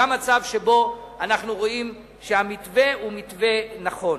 גם מצב שבו אנחנו רואים שהמתווה הוא מתווה נכון.